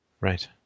Right